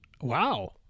Wow